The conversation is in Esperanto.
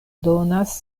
donas